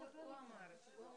כולל תואר ראשון?